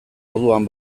orduan